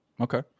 Okay